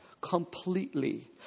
completely